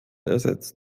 ersetzt